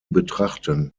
betrachten